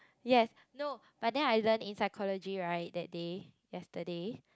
yes no but then I learn in psychology right that day yesterday